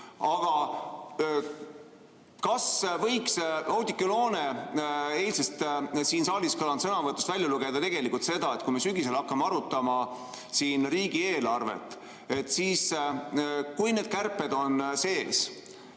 Aga kas võiks Oudekki Loone eile siin saalis kõlanud sõnavõtust välja lugeda seda, et kui me sügisel hakkame arutama siin riigieelarvet ja kui need kärped on sees,